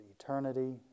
eternity